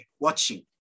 watching